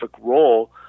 role